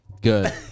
Good